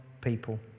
people